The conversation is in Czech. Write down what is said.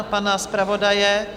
Pana zpravodaje?